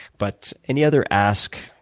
but any other ask,